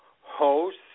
host